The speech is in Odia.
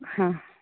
ହଁ